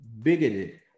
bigoted